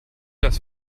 das